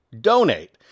donate